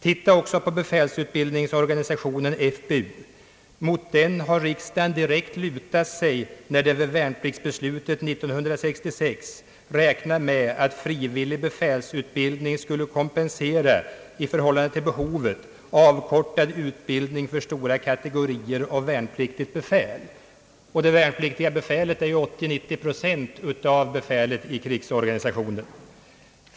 Se också på befälsutbildningsorganisationen FBU. Mot den har riksdagen direkt lutat sig när den vid värnpliktsbeslutet 1966 räknade med att frivillig befälsutbildning skulle kompensera, i förhållande till behovet, avkortad utbildning för stora kategorier av värnpliktigt befäl. Det värnpliktiga befälet är ju 80—90 procent av befälet i krigsorganisationen.